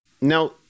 Now